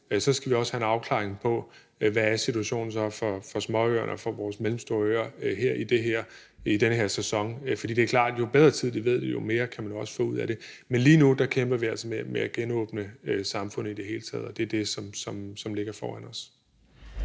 også skal have en afklaring på, hvad situationen er for småøerne og for vores mellemstore øer i den her sæson. For det er klart, at i jo bedre tid de ved det, jo mere kan de også få ud af det. Men lige nu kæmper vi altså med at genåbne samfundet i det hele taget, og det er det, som ligger foran os.